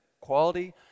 quality